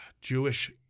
Jewish